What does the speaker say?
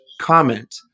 comment